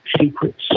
secrets